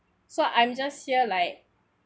so I'm just here like